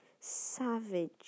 savage